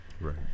right